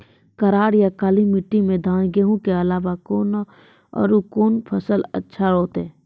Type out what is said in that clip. करार या काली माटी म धान, गेहूँ के अलावा औरो कोन फसल अचछा होतै?